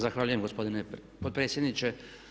Zahvaljujem gospodine potpredsjedniče.